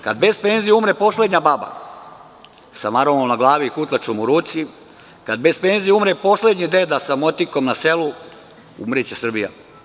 Kada bez penzije umre poslednja baba sa maramom na glavi i kutlačom u ruci, kada bez penzije umre poslednji deda sa motikom na selu, umreće Srbija.